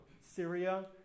Syria